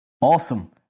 Awesome